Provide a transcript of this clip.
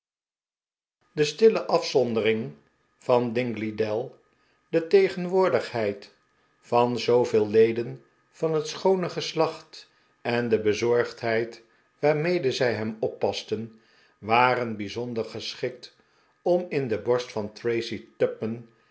de stille afzondering van dingley dell de tegenwoordigheid van zooveel leden van het schoone geslacht en de bezorgdheid waarmede zij hem oppasten waren bijzonder geschikt om in de borst van tracy tupman